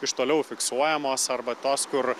iš toliau fiksuojamos arba tos kur